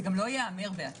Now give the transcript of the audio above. זה גם לא ייאמר בעתיד.